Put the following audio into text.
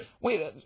wait